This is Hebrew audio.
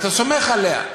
ואתה סומך עליה.